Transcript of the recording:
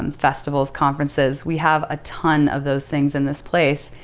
um festivals, conferences, we have a ton of those things in this place.